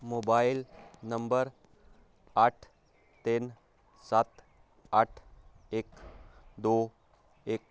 mobile number ਅੱਠ ਤਿੰਨ ਸੱਤ ਅੱਠ ਇੱਕ ਦੋ ਇੱਕ